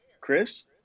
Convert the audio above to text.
Chris